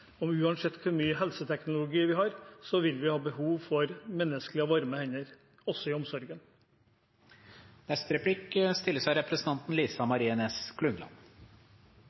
Uansett hvor mye velferdsteknologi vi har, vil vi ha behov for menneskelige og varme hender også i omsorgen. Partiet til representanten